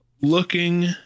looking